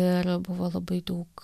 ir buvo labai daug